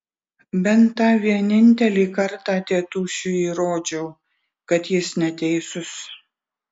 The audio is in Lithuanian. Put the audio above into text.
bent tą vienintelį kartą tėtušiui įrodžiau kad jis neteisus